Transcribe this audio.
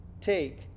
Take